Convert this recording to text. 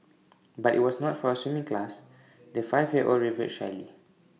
but IT was not for A swimming class the five year old revealed shyly